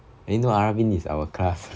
eh no aravin is our class